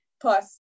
Plus